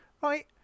right